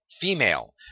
female